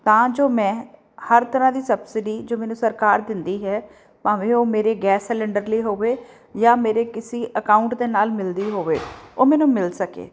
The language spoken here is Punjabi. ਤਾਂ ਜੋ ਮੈਂ ਹਰ ਤਰ੍ਹਾਂ ਦੀ ਸਬਸਿਡੀ ਜੋ ਮੈਨੂੰ ਸਰਕਾਰ ਦਿੰਦੀ ਹੈ ਭਾਵੇਂ ਉਹ ਮੇਰੇ ਗੈਸ ਸਲੰਡਰ ਲਈ ਹੋਵੇ ਜਾਂ ਮੇਰੇ ਕਿਸੀ ਅਕਾਊਂਟ ਦੇ ਨਾਲ ਮਿਲਦੀ ਹੋਵੇ ਉਹ ਮੈਨੂੰ ਮਿਲ ਸਕੇ